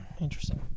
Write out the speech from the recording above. Interesting